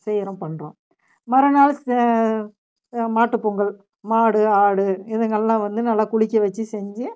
செய்கிறோம் பண்ணுறோம் மறு நாள் மாட்டு பொங்கல் மாடு ஆடு இதுங்களெலாம் வந்து நல்லா குளிக்கவெச்சு செஞ்சு